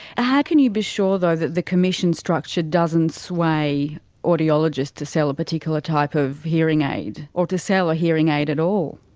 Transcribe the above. how can you be sure though that the commission structure doesn't sway audiologists to sell a particular type of hearing aid, or to sell a hearing aid at all?